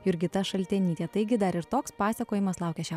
jurgita šaltenytė taigi dar ir toks pasakojimas laukia šią